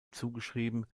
zugeschrieben